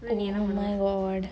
oh my god